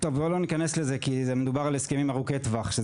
בוא לא ניכנס לזה כי מדובר על הסכמים ארוכי טווח,